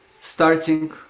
starting